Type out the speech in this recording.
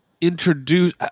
introduce